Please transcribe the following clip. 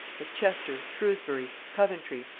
as chester, shrewsbury, coventry,